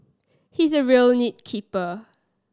he is a real nit picker